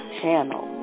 channel